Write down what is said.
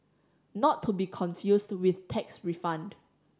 not to be confused with tax refund